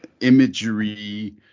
imagery